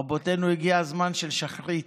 רבותינו, הגיע זמן של שחרית.